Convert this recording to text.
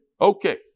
Okay